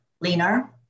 leaner